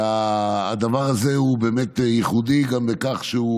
שהדבר הזה הוא באמת ייחודי גם בכך שהוא